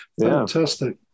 Fantastic